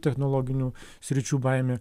technologinių sričių baimė